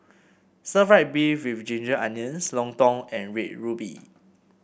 Stir Fried Beef with Ginger Onions Lontong and Red Ruby